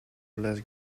less